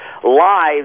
lives